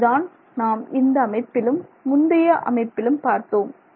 இதுதான் நாம் இந்த அமைப்பிலும் முந்தைய அமைப்பிலும் பார்த்தோம்